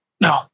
No